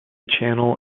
channel